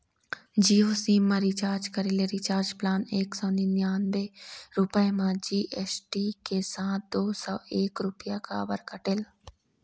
Jio SIM मा recharge करे ले रिचार्ज प्लान एक सौ निन्यानबे रुपए मा जी.एस.टी के साथ दो सौ एक रुपया काबर कटेल?